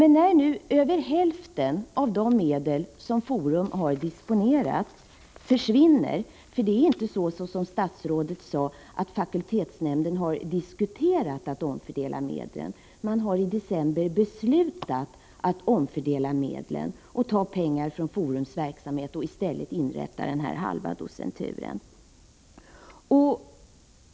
Nu försvinner över hälften av de medel som Forum disponerat. Det är nämligen inte så som statsrådet sade, att fakultetsnämnden bara har diskuterat att omfördela medlen, utan man har i december beslutat att omfördela medlen, att ta pengar från Forums verksamhet och inrätta denna halva docentur.